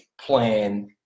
plan